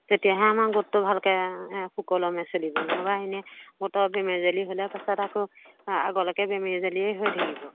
তেতিয়াহে আমাৰ গোটটো ভালকৈ এ সুকলমে চলিব নহ'বা এনে গোটৰ বেমেজালি হ'লে পাছত আকৌ আগলৈকে বেমেজালিয়ে হৈ থাকিব